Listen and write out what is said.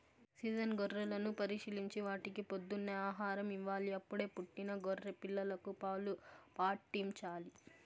season గొర్రెలను పరిశీలించి వాటికి పొద్దున్నే ఆహారం ఇవ్వాలి, అప్పుడే పుట్టిన గొర్రె పిల్లలకు పాలు పాట్టించాలి